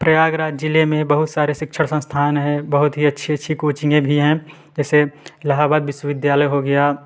प्रयागराज जिले में बहुत सारे शिक्षण संस्थान है बहुत ही अच्छी अच्छी कोचिंगे भी है जैसे इलाहाबाद विश्वविद्यालय हो गया